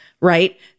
right